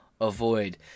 avoid